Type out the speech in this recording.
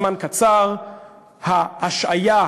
נדמה לי שלאחר זמן קצר ההשעיה הופשרה.